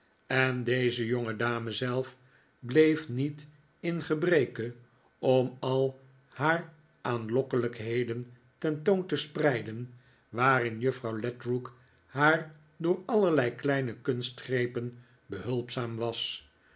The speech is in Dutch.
en deze jongedame zelf bleef niet in gebreke om al haar aanlokkelijkheden ten toon te spreiden waarin juffrouw ledrook haar door allerlei kleine kunstgrepen behulpzaam was